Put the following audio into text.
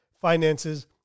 finances